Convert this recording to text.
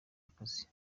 akazi